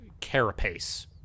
carapace